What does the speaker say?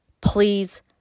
Please